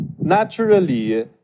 naturally